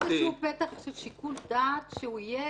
--- חייבים לתת פתח של שיקול דעת שיהיה